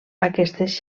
aquestes